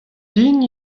din